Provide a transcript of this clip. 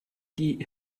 die